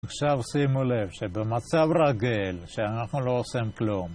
עכשיו שימו לב שבמצב רגיל שאנחנו לא עושים כלום